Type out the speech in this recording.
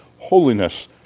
Holiness